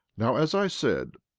now as i said,